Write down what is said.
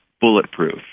bulletproof